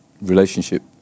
Relationship